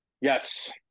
Yes